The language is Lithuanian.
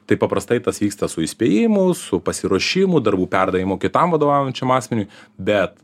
tai paprastai tas vyksta su įspėjimu su pasiruošimu darbų perdavimo kitam vadovaujančiam asmeniui bet